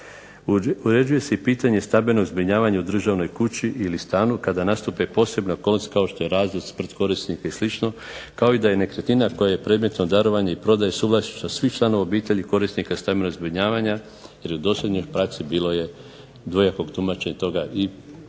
Uređuje se i pitanje stambenog zbrinjavanja u državnoj kući ili stanu kada nastupi posebna …/Govornik se ne razumije./… kao što je …/Govornik se ne razumije./… korisnika i slično, kao i da je nekretnina koja je predmetno darovanje i prodaja suvlasništva svih članova obitelji korisnika stambenog zbrinjavanja, jer u dosadašnjoj praksi bilo je dvojakog tumačenja toga i na